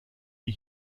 die